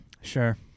Sure